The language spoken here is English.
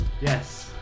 Yes